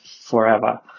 forever